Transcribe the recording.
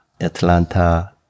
Atlanta